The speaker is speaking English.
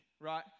right